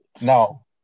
Now